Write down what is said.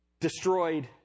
destroyed